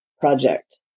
project